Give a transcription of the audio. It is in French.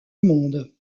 monde